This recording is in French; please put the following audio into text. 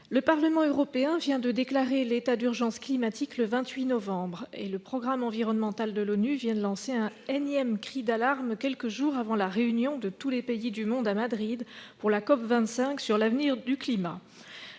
Le Parlement européen vient de déclarer l'état d'urgence climatique, le 28 novembre dernier, et le programme environnemental de l'ONU vient de lancer un énième cri d'alarme, quelques jours avant la réunion de tous les pays du monde, à Madrid, pour la COP25 sur l'avenir du climat.